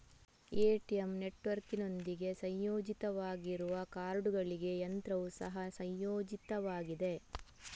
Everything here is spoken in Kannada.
ಎ.ಟಿ.ಎಂ ನೆಟ್ವರ್ಕಿನೊಂದಿಗೆ ಸಂಯೋಜಿತವಾಗಿರುವ ಕಾರ್ಡುಗಳಿಗೆ ಯಂತ್ರವು ಸಹ ಸಂಯೋಜಿತವಾಗಿದೆ